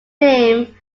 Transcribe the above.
name